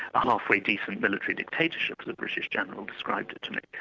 a halfway decent military dictatorship, as a british general described to me.